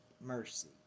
mercy